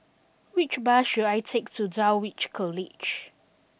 which bus should I take to Dulwich College